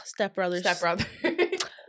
Stepbrothers